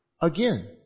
again